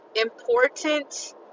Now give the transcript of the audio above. important